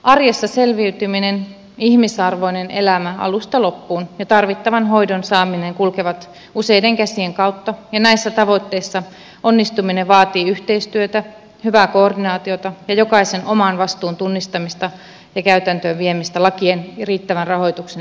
arjessa selviytyminen ihmisarvoinen elämä alusta loppuun ja tarvittavan hoidon saaminen kulkevat useiden käsien kautta ja näissä tavoitteissa onnistuminen vaatii yhteistyötä hyvää koordinaatiota ja jokaisen oman vastuun tunnistamista ja käytäntöön viemistä lakien ja riittävän rahoituksen lisäksi